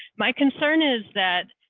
my concern is that,